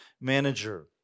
manager